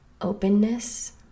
openness